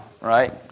right